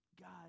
God